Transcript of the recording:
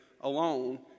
alone